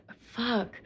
fuck